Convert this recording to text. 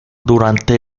durante